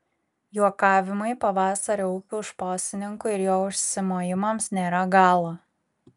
juokavimui pavasario upių šposininkui ir jo užsimojimams nėra galo